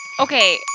Okay